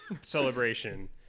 celebration